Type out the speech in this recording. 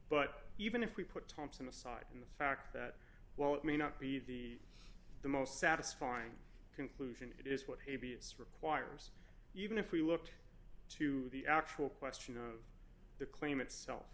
but even if we put thompson aside in the fact that while it may not be the most satisfying conclusion is what a b s requires even if we look to the actual question of the claim itself